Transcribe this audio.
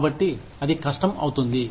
కాబట్టి అది కష్టం అవుతుంది